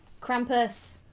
Krampus